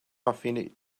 hoffi